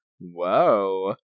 Whoa